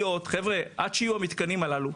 עד שיהיו המתקנים הללו,